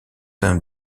d’un